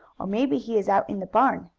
or maybe he is out in the barn.